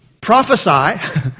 prophesy